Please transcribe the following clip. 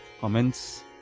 comments